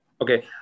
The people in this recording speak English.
Okay